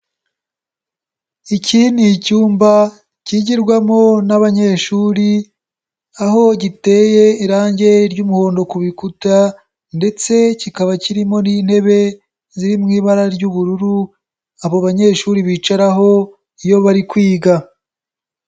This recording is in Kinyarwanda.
Iki ni icyumba kigirwamo n'abanyeshuri aho giteye irangi ry'umuhondo ku bikuta ndetse kikaba kirimo n'intebe ziri mu ibara ry'ubururu abo banyeshuri bicaraho iyo bari kwiga.